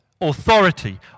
authority